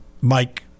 Mike